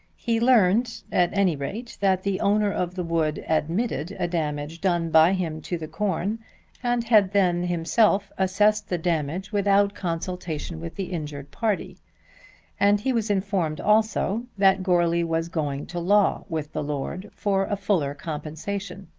he learned at any rate that the owner of the wood admitted a damage done by him to the corn and had then, himself, assessed the damage without consultation with the injured party and he was informed also that goarly was going to law with the lord for a fuller compensation.